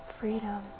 Freedom